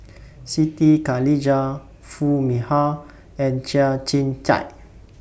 Siti Khalijah Foo Mee Har and Chia Tee Chiak